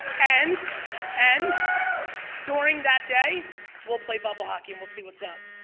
and and during that day will play bubble-hockey and we'll see what's up.